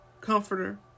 comforter